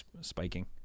Spiking